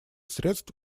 средств